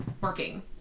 Working